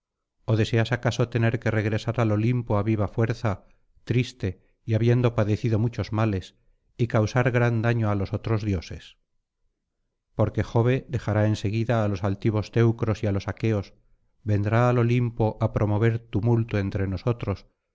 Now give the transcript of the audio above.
ó deseas acaso tener que regresar al olimpo á viva fuerza triste y habiendo padecido muchos males y causar gran daño á los otros dioses porque jove dejará en seguida á los altivos teucros y á los aqueos vendrá al olimpo á promover tumulto entre nosotros